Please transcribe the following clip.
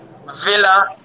Villa